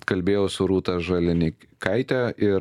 kalbėjau su rūta žalinikaite ir